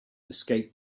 escaped